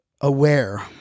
aware